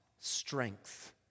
Strength